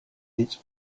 its